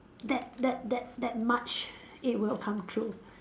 that that that that much it will come true